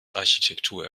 architektur